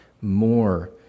more